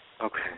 Okay